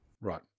Right